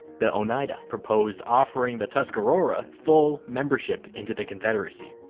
the oneida proposed offering the tuscarora full membership into the confederacy.